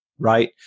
Right